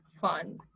fun